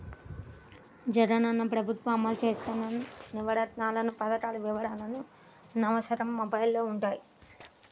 జగనన్న ప్రభుత్వం అమలు చేత్తన్న నవరత్నాలనే పథకాల వివరాలు నవశకం వెబ్సైట్లో వుంటయ్యి